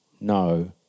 no